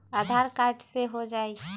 आधार card से हो जाइ?